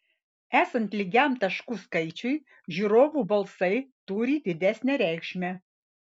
esant lygiam taškų skaičiui žiūrovų balsai turi didesnę reikšmę